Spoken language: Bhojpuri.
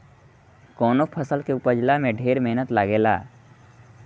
कवनो फसल के उपजला में ढेर मेहनत लागेला